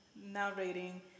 narrating